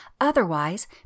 Otherwise